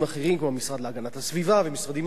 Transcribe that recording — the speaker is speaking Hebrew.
כמו המשרד להגנת הסביבה ומשרדים אחרים,